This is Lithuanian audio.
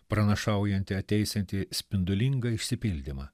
pranašaujanti ateisiantį spindulingą išsipildymą